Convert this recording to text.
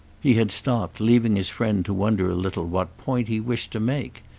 he had stopped, leaving his friend to wonder a little what point he wished to make